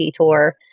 tour